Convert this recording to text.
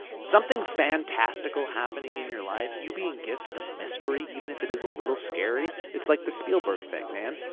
something fantastical happening in your life, you being gifted a mystery, even if it is a little scary, it's like the spielberg thing man,